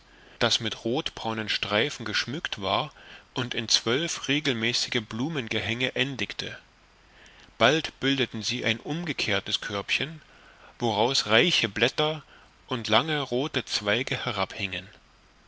das mit rothbraunen streifen geschmückt war und in zwölf regelmäßige blumengehänge endigte bald bildeten sie ein umgekehrtes körbchen woraus reiche blätter und lange rothe zweige herabhingen